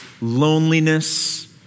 loneliness